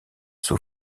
sous